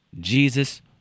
Jesus